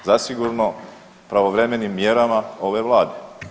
Zasigurno pravovremenim mjerama ove vlade.